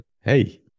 Hey